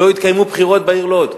לא התקיימו בחירות בעיר לוד,